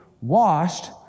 washed